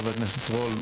חבר הכנסת רול,